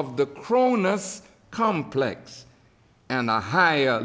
of the kronos complex and a high